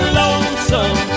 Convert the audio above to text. lonesome